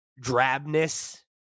drabness